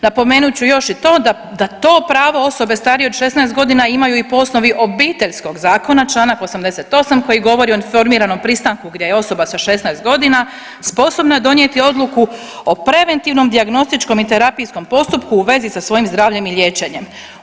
Napomenut ću još i to da to pravo osobe starije od 16 godina imaju po osnovi Obiteljskog zakona, čl. 88 koji govori o informiranom pristanku gdje je osoba sa 16 godina sposobna donijeti odluku o preventivnom dijagnostičkom i terapijskom postupku u vezi sa svojim zdravljem i liječenjem.